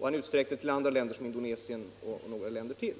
Han utsträckte detta resonemang till Indonesien och några länder till.